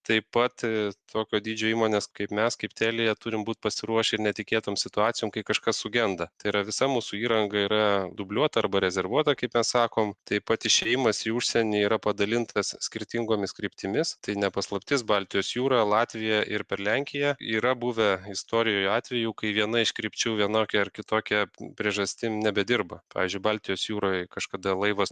taip pat tokio dydžio įmonės kaip mes kaip telia turim būt pasiruošę netikėtoms situacijom kai kažkas sugenda tai yra visa mūsų įranga yra dubliuota arba rezervuota kaip sakom taip pat išėjimas į užsienį yra padalintas skirtingomis kryptimis tai ne paslaptis baltijos jūrą latviją ir per lenkiją yra buvę istorijoje atvejų kai viena iš krypčių vienokia ar kitokia priežastim nebedirba pavyzdžiui baltijos jūroj kažkada laivas